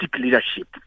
leadership